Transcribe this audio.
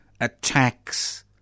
attacks